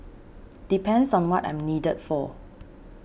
depends on what I'm needed for